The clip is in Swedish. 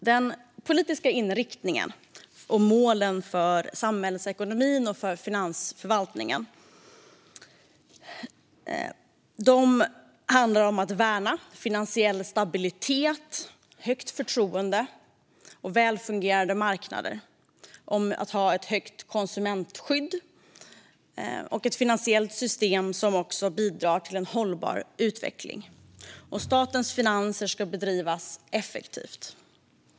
Den politiska inriktningen och målen för samhällsekonomin och för finansförvaltningen handlar om att värna finansiell stabilitet, högt förtroende och väl fungerande marknader, om att ha ett högt konsumentskydd och ett finansiellt system som också bidrar till en hållbar utveckling och om att statens finansförvaltning ska bedrivas effektivt.